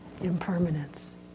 impermanence